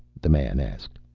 the man asked.